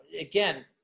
again